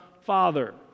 Father